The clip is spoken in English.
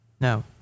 No